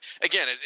again